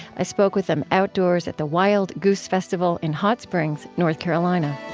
i spoke with them outdoors at the wild goose festival in hot springs, north carolina